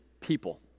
people